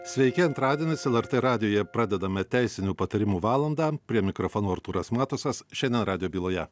sveiki antradienis lrt radijuje pradedame teisinių patarimų valandą prie mikrofono artūras matusas šiandien radijo byloje